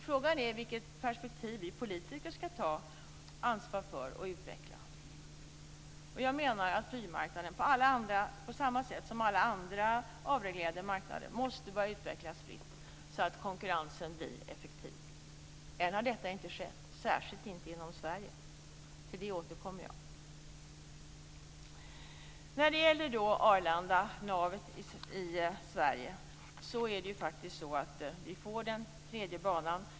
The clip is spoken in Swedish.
Frågan är vilket perspektiv vi politiker ska ta ansvar för och utveckla. Jag menar att flygmarknaden, på samma sätt som alla andra avreglerade marknader, måste börja utvecklas fritt, så att konkurrensen blir effektiv. Än har detta inte skett, särskilt inte inom Sverige. Jag återkommer till det. När det gäller Arlanda flygplats, navet i Sverige, får vi ju faktiskt den tredje banan.